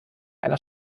einer